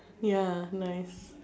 ya like